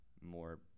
more